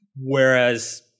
Whereas